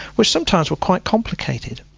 which sometimes were quite complicated.